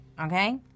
okay